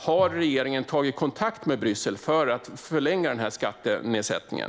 Har regeringen tagit kontakt med Bryssel för att förlänga skattenedsättningen?